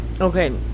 okay